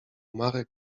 marek